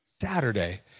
Saturday